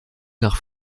nach